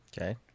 Okay